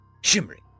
shimmering